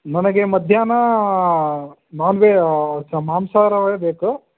ನನಗೆ ಮಧ್ಯಾಹ್ನ non veg ಮಾಂಸಾಹಾರವೇ ಬೇಕು